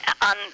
on